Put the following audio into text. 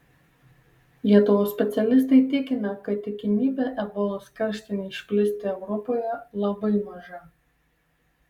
lietuvos specialistai tikina kad tikimybė ebolos karštinei išplisti europoje labai maža